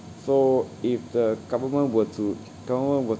so if the government were to government were